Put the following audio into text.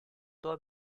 tua